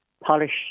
polish